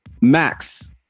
Max